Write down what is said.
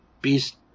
Beast